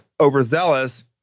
overzealous